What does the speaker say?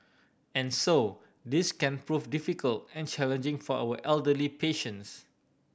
and so this can prove difficult and challenging for our elderly patients